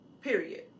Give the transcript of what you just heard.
period